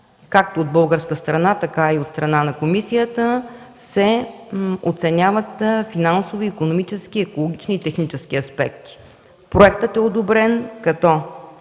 както от българска страна, така и от страна на комисията се оценяват финансови, икономически, екологични и технически аспекти. Проектът е одобрен като